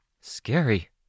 Scary